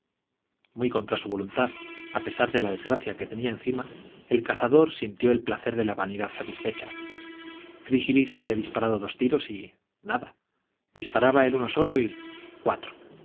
muy contra su voluntad a pesar de la desgracia que tenía encima el cazador sintió el placer de la vanidad satisfecha frígilis había disparado dos tiros y nada disparaba él uno solo y cuatro